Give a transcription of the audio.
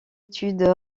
étude